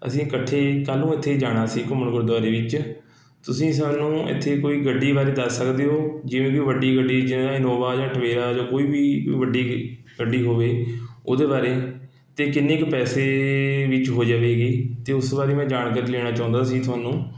ਅਸੀਂ ਇਕੱਠੇ ਕੱਲ੍ਹ ਨੂੰ ਉੱਥੇ ਜਾਣਾ ਸੀ ਘੁੰਮਣ ਗੁਰਦੁਆਰੇ ਵਿੱਚ ਤੁਸੀਂ ਸਾਨੂੰ ਇੱਥੇ ਕੋਈ ਗੱਡੀ ਬਾਰੇ ਦੱਸ ਸਕਦੇ ਹੋ ਜਿਵੇਂ ਕਿ ਵੱਡੀ ਗੱਡੀ ਜਿਵੇਂ ਇਨੋਵਾ ਜਾਂ ਟਵੇਰਾ ਜਾਂ ਕੋਈ ਵੀ ਵੱਡੀ ਗੱਡੀ ਹੋਵੇ ਉਹਦੇ ਬਾਰੇ ਅਤੇ ਕਿੰਨੇ ਕੁ ਪੈਸੇ ਵਿੱਚ ਹੋ ਜਾਵੇਗੀ ਅਤੇ ਉਸ ਬਾਰੇ ਮੈਂ ਜਾਣਕਾਰੀ ਲੈਣਾ ਚਾਹੁੰਦਾ ਸੀ ਤੁਹਾਨੂੰ